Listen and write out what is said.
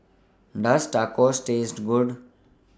Does Tacos Taste Good